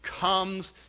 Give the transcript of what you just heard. comes